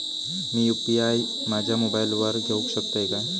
मी UPI माझ्या मोबाईलावर घेवक शकतय काय?